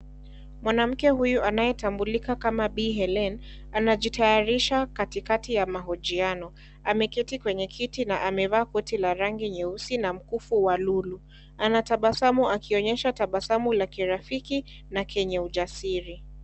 Mwanamke huyu anayatambulika kama B. Helene. Anajitayarisha katikati ya mahojiano. Ameketi kwenye kiti na ameva koti la rangi nyeusi na mkufu walulu. Anatabasamu akionyesha tabasamu la kirafiki na kenye ujasiri.